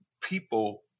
people